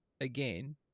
again